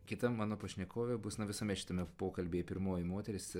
kita mano pašnekovė bus na visame šitame pokalbyje pirmoji moteris